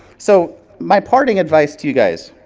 so my parting advice to you guys.